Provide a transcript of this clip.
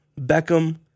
Beckham